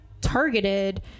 targeted